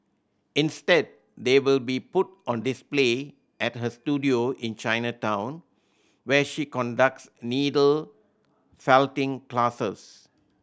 instead they will be put on display at her studio in Chinatown where she conducts needle felting classes